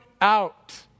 out